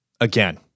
again